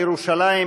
לירושלים,